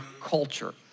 culture